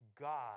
God